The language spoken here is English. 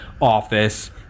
office